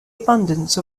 abundance